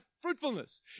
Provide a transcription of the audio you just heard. fruitfulness